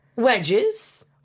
Wedges